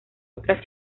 otras